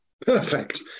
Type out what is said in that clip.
Perfect